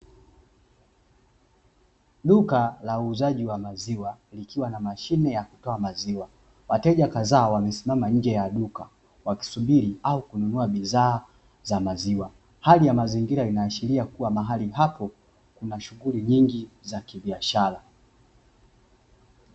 Duka la uuzaji wa maziwa likiwa na mashine ya kutoa maziwa, wateja kadhaa wamesimama nje ya duka wakisubiri au kununua bidhaa za maziwa. Hali ya mazingira inaashiria kuwa mahali hapo kuna shughuli za kibiashara.